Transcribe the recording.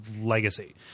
legacy